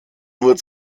nur